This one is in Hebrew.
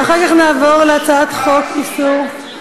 ואחר כך נעבור להצעת חוק איסור,